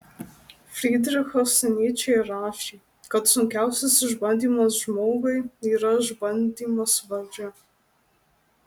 frydrichas nyčė rašė kad sunkiausias išbandymas žmogui yra išbandymas valdžia